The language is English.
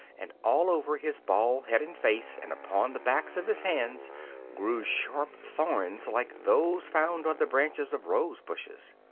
and all over his bald head and face and upon the backs of his hands grew sharp thorns like those found on the branches of rose-bushes.